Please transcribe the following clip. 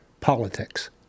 politics